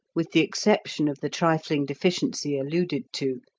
with the exception of the trifling deficiency alluded to,